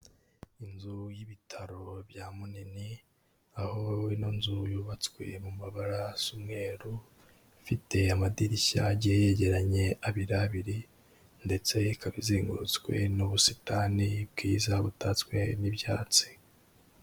Inzu y'ibitaro bya Munini aho ino nzu yubatswe mu mabara asa umweru, ifite amadirishya agiye yegeranye abiri abiri ndetse ikaba izengurutswe n'ubusitani bwiza butatswe n'ibyatsi.